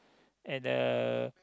and a